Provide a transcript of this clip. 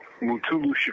Mutulu